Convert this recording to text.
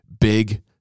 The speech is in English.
big